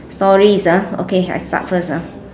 stories ah okay I start first ah